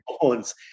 bones